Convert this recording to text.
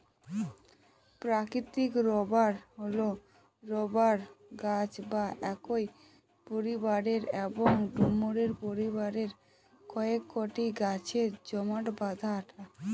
প্রাকৃতিক রবার হল রবার গাছ বা একই পরিবারের এবং ডুমুর পরিবারের কয়েকটি গাছের জমাট বাঁধা আঠা